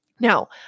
Now